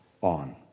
on